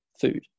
food